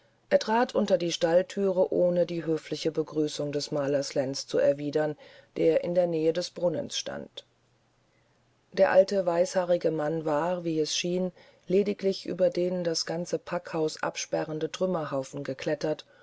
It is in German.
er trat unter die stallthüre ohne die höfliche begrüßung des malers lenz zu erwidern der in der nähe des brunnens stand der alte weißhaarige mann war wie es schien lediglich über den das ganze packhaus absperrenden trümmerhaufen geklettert